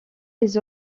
les